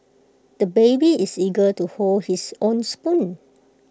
the baby is eager to hold his own spoon